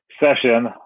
session